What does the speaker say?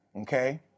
okay